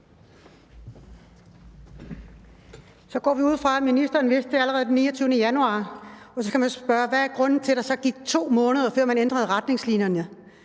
Så går vi ud fra, at ministeren vidste det allerede den 29. januar. Så kan man spørge: Hvad er grunden til, at der så gik 2 måneder, før man ændrede retningslinjerne?